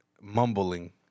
mumbling